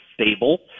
stable